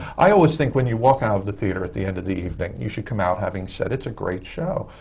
i always think when you walk out of the theatre at the end of the evening, you should come out having said it's a great show.